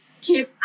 keep